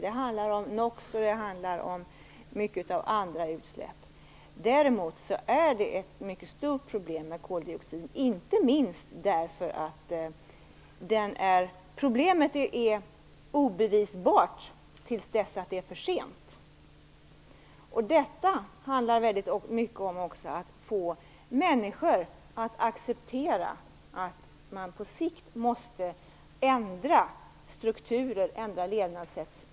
Det handlar om NOX och om mycket av andra utsläpp. Däremot är det ett mycket stort problem med koldioxid, inte minst därför att problemet är obevisbart tills dess att det är för sent. Detta handlar också väldigt mycket om att få människor att acceptera att man på sikt måste ändra strukturer och levnadssätt.